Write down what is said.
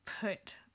put